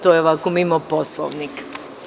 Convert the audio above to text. To je ovako mimo Poslovnika.